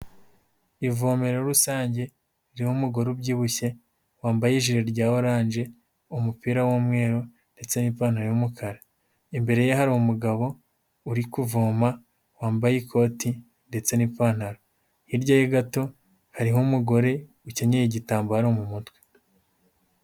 Ivomero rusange ririho umugore ubyibushye wambaye ijire rya oranje, umupira w'umweru ndetse n'ipantaro y'umukara, imbere ye hari umugabo uri kuvoma wambaye ikote ndetse n'ipantaro, hirya ye gato hariho umugore ukenyeye igitambaro mu mutwe.